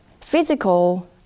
physical